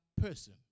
person